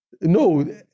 No